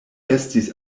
estis